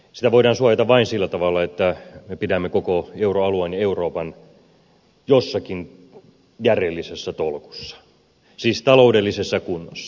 sitä voidaan suojata vain sillä tavalla että me pidämme koko euroalueen ja euroopan jossakin järjellisessä tolkussa siis taloudellisessa kunnossa